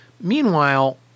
Meanwhile